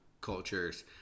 cultures